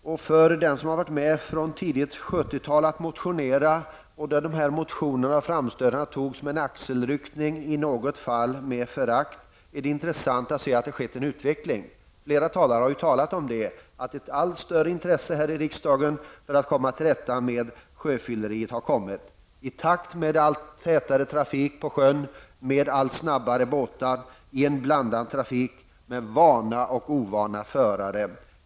För den som varit med sedan tidigt 70 tal och motionerat -- då motionerna och framställarna togs med en axelryckning, i något fall med förakt -- är det intressant att se att det skett en utveckling. Flera talare har ju talat om detta att det blivit ett allt större intresse här i riksdagen för att komma till rätta med sjöfylleriet i takt med en allt tätare trafik på sjön med allt snabbare båtare i en blandad trafik med vana och ovana förare.